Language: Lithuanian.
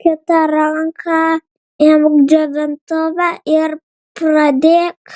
kita ranka imk džiovintuvą ir pradėk